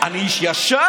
אני איש ישר.